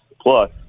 Plus